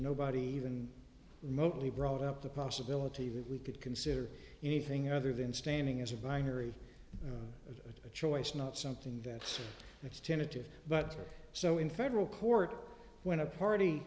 nobody even remotely brought up the possibility that we could consider anything other than standing as a binary of a choice not something that says it's tentative but so in federal court when a party